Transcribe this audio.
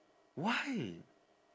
why